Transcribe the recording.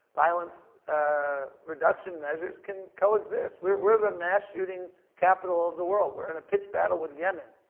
violence ah reduction measures can coexist. we're we're the mass-shooting capital of the world. we're in a pitch battle with yemen.